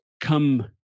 come